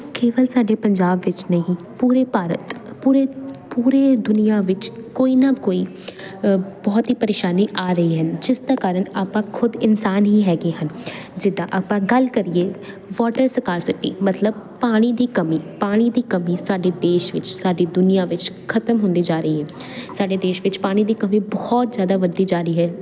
ਕੇਵਲ ਸਾਡੇ ਪੰਜਾਬ ਵਿੱਚ ਨਹੀਂ ਪੂਰੇ ਭਾਰਤ ਪੂਰੇ ਪੂਰੇ ਦੁਨੀਆ ਵਿੱਚ ਕੋਈ ਨਾ ਕੋਈ ਬਹੁਤ ਹੀ ਪਰੇਸ਼ਾਨੀ ਆ ਰਹੀ ਹਨ ਜਿਸ ਦਾ ਕਾਰਨ ਆਪਾਂ ਖੁਦ ਇਨਸਾਨ ਹੀ ਹੈਗੇ ਹਨ ਜਿੱਦਾਂ ਆਪਾਂ ਗੱਲ ਕਰੀਏ ਵਾਟਰ ਸਪਾਰਸੀ ਮਤਲਬ ਪਾਣੀ ਦੀ ਕਮੀ ਪਾਣੀ ਦੀ ਕਮੀ ਸਾਡੇ ਦੇਸ਼ ਵਿੱਚ ਸਾਰੀ ਦੁਨੀਆ ਵਿੱਚ ਖਤਮ ਹੁੰਦੀ ਜਾ ਰਹੀ ਸਾਡੇ ਦੇਸ਼ ਵਿੱਚ ਪਾਣੀ ਦੀ ਕਮੀ ਬਹੁਤ ਜਿਆਦਾ ਵਧੀ ਜਾ ਰਹੀ ਹੈ